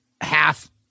half